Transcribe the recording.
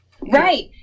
Right